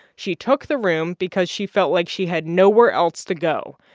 she took the room because she felt like she had nowhere else to go.